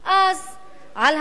אז על העולם